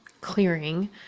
clearing